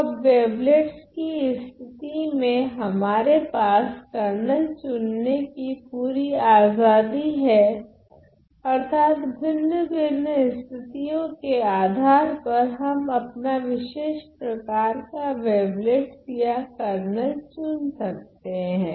तो अब वेवलेट्स कि स्थिति में हमारे पास कर्नल चुनने कि पूरी आजादी है अर्थात् भिन्न भिन्न स्थितियों के आधार पर हम अपना विशेष प्रकार का वेवलेट्स या कर्नल चुन सकते है